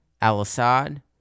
al-Assad